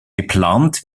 geplant